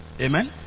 Amen